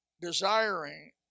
desiring